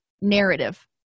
narrative